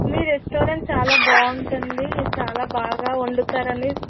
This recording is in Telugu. మీ రెస్టారెంట్ చాలా బాగుంటుంది చాలా బాగా వండుతారని